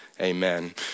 amen